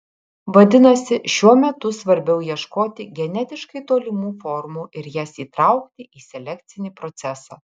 vadinasi šiuo metu svarbiau ieškoti genetiškai tolimų formų ir jas įtraukti į selekcinį procesą